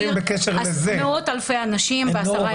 בקשר לזה ---- אנין הצדקה להשאיר מאות-אלפי אנשים 10 ימים.